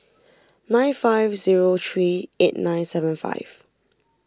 nine five zero three eight nine seven five